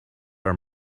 are